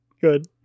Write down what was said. Good